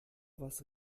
was